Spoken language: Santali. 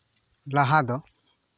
ᱞᱟᱦᱟ ᱫᱚ